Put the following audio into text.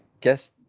guess